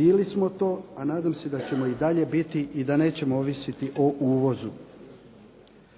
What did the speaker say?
bili smo to a nadam se da ćemo i dalje biti i da nećemo ovisiti o uvozu.